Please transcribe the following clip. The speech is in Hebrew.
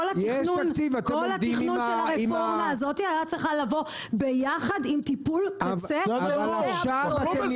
כל התכנון של הרפורמה הזו היה צריך לבוא יחד עם טיפול בנושא הפסולת.